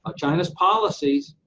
ah china's policies,